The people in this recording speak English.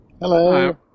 Hello